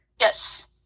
Yes